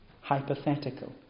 hypothetical